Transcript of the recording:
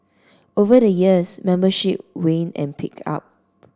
over the years membership waned and picked up